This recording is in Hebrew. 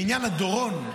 בעניין הדורון,